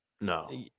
No